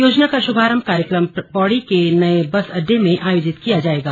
योजना का शुभारंभ कार्यक्रम पौड़ी के नये बस अड्डे में आयोजित किया जाएगा